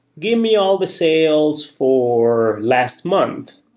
give me all the sales for last month.